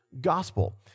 gospel